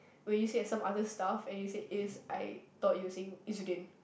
when you say as some other stuff and you say is I thought you were saying is you didn't